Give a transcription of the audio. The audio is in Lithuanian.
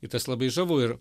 ir tas labai žavu ir